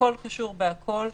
הכול קשור בכול,